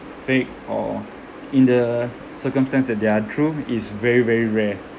fake or in the circumstance that they are true it's very very rare